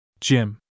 Jim